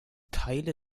teile